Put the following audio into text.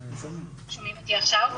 שומעים אותי עכשיו?